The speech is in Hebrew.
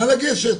נא לגשת.